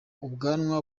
ubwanwa